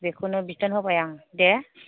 बेखौनो बिथोन होबाय आं दे